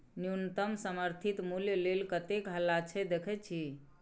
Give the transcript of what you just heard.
न्युनतम समर्थित मुल्य लेल कतेक हल्ला छै देखय छी